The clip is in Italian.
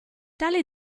tale